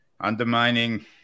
undermining